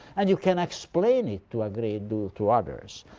and you can explain it to a great deal to others.